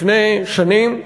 לפני שנים,